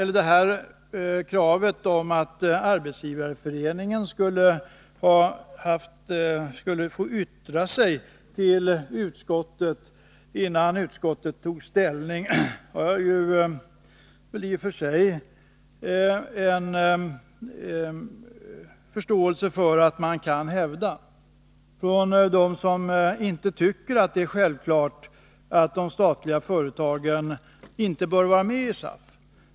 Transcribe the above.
Jag har i och för sig förståelse för att de som inte tycker att de statliga företagen inte skall vara med i SAF kan hävda kravet att Arbetsgivareföreningen skulle få yttra sig till utskottet innan utskottet tog ställning.